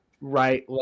right